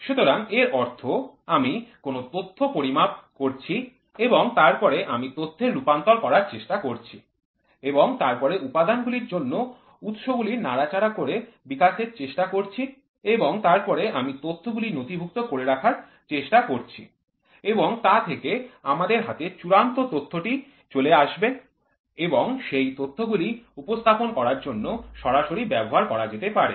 সুতরাং এর অর্থ আমি কোন তথ্য পরিমাপ করছি এবং তারপরে আমি তথ্যের রূপান্তর করার চেষ্টা করছি এবং তারপরে উপাদানগুলির জন্য উৎসগুলি নাড়াচাড়া করে বিকাশের চেষ্টা করছি এবং তারপরে আমি তথ্যগুলি নথিভুক্ত করে রাখার চেষ্টা করছি এবং তা থেকে আমাদের হাতে চূড়ান্ত তথ্যটি চলে আসবে এবং সেই তথ্যগুলি উপস্থাপন করার জন্য সরাসরি ব্যবহার করা যেতে পারে